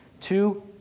Two